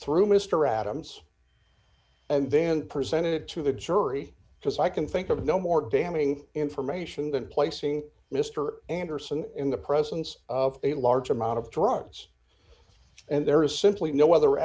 through mr adams and then presented to the jury because i can think of no more damaging information than placing mr anderson in the presence of a large amount of drugs and there is simply no other